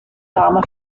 armour